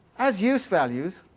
as use-values,